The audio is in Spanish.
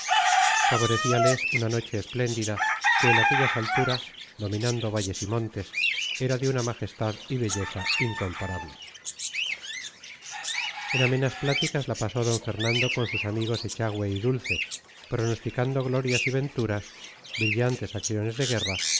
actividad favorecíales una noche espléndida que en aquellas alturas dominando valles y montes era de una majestad y belleza incomparables en amenas pláticas la pasó d fernando con sus amigos echagüe y dulce pronosticando glorias y venturas brillantes acciones de guerra